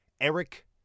Eric